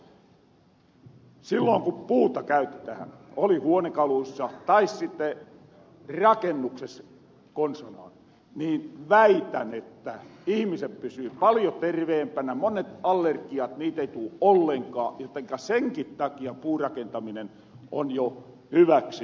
silloon ku puuta käytetähän oli huonekaluissa tai sitten rakennuksessa konsanaan niin väitän että ihmiset pysyy paljo terveempänä monia allergioita ei tuu ollenkaan jotenka senkin takia puurakentaminen on jo hyväksi